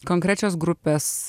konkrečios grupės